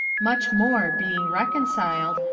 much more, being reconciled,